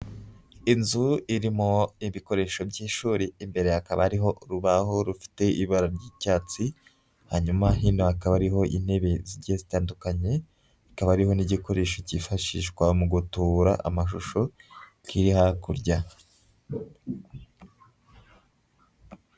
Inzu irimo ibikoresho by'ishuri, imbere hakaba hariho urubaho rufite ibara ry'icyatsi, hanyuma hino hakaba hariho intebe zigiye zitandukanye, hakaba hariho n'igikoresho cyifashishwa mu gutobura amashusho kiri hakurya.